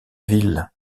ville